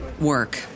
work